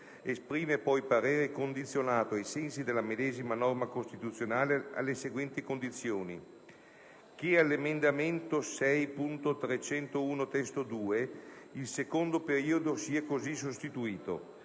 Esprime poi parere condizionato, ai sensi della medesima norma costituzionale, alle seguenti condizioni: - che all'emendamento 6.301 (testo 2) il secondo periodo sia cosi sostituito: